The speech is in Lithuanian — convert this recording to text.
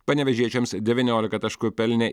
panevėžiečiams devyniolika taškų pelnė